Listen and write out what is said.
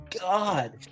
god